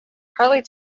harley